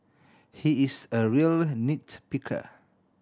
he is a real nit picker